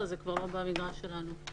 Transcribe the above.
זה כבר לא במגרש שלנו.